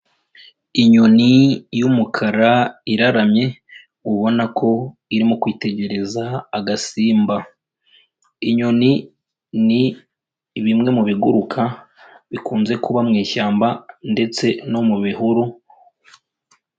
Inyoni y'umukara iraramye, ubona ko irimo kwitegereza agasimba. Inyoni ni bimwe mu biguruka, bikunze kuba mu ishyamba ndetse no mu bihuru...